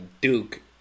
Duke